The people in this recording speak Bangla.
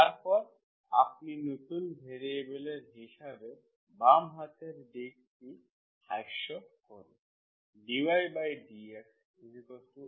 তারপর আপনি নতুন ভ্যারিয়েবলের হিসাবে বাম হাতের দিকটি হ্রাস করুন dydxfa1Xb1Ya2Xb2Y